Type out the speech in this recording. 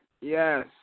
Yes